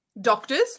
Doctors